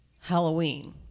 Halloween